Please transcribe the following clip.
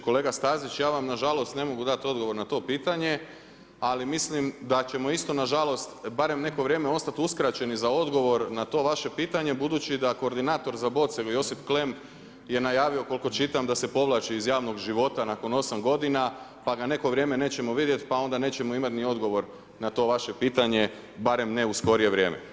Kolega Stazić ja vam nažalost ne mogu dat odgovor na to pitanje, ali mislim da ćemo isto nažalost, barem neko vrijeme, ostati uskraćeni za odgovor na to vaše pitanje budući da koordinator za boce Josip Klem je najavio, koliko čitam, da se povlači iz javnog života nakon 8 godina pa ga neko vrijeme nećemo vidjet pa onda nećemo imat ni odgovor na to vaše pitanje, barem ne u skorije vrijeme.